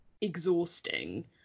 exhausting